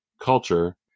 culture